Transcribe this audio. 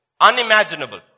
Unimaginable